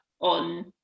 on